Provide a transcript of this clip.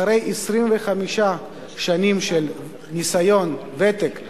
אחרי 25 שנים של ניסיון, ותק,